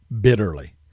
bitterly